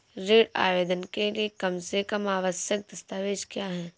ऋण आवेदन के लिए कम से कम आवश्यक दस्तावेज़ क्या हैं?